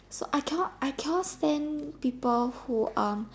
so I cannot I cannot stand people who are